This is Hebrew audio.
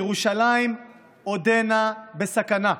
ירושלים עודנה בסכנה.